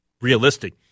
realistic